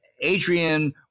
Adrian